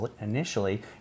initially